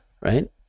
right